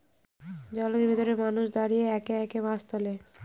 জলের ভেতরে মানুষ দাঁড়িয়ে একে একে মাছ তোলে